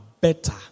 better